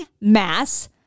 mass